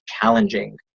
challenging